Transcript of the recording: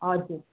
हजुर